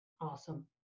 Awesome